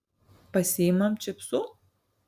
pasiimam čipsų